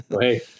hey